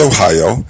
Ohio